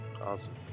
Awesome